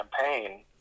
campaign